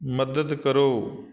ਮਦਦ ਕਰੋ